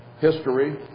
history